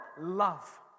Love